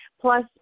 Plus